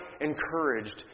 encouraged